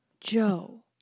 joe